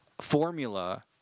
formula